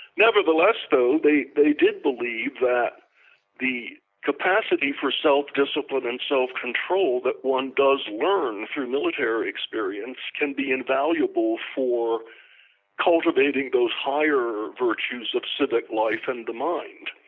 nevertheless though, they they did believe that the capacity for self discipline and self control that one does learn through military experience can be invaluable for cultivating those higher virtues of civic life and the mind.